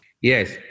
Yes